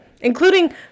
Including